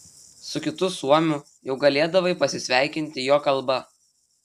su kitu suomiu jau galėdavai pasisveikinti jo kalba